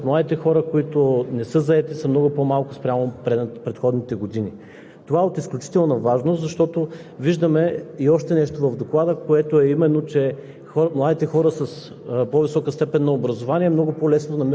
Що се отнася до младежката заетост, трябва да сме наясно, тоест от данните, които са показани в Доклада, става ясно, че тя намалява, тоест младите хора, които не са заети, са много по-малко спрямо предходните години.